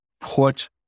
put